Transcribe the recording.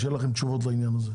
יהיו לכם תשובות לעניין הזה.